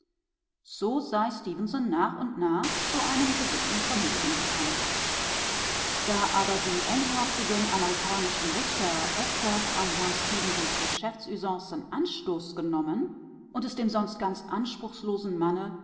so sei stefenson nach und nach zu einem gewissen vermögen gekommen da aber die engherzigen amerikanischen richter öfters an herrn stefensons geschäftsusancen anstoß genommen und es dem sonst ganz anspruchslosen manne